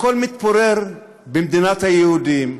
הכול מתפורר במדינת היהודים,